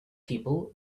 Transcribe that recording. people